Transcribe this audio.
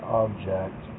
object